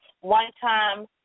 one-time